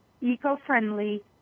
eco-friendly